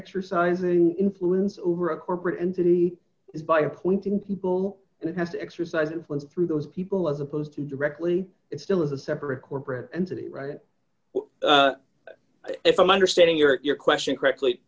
exercising influence over a corporate entity is by appointing people and has to exercise influence through those people as opposed to directly it still is a separate corporate entity right and if i'm understanding your question correctly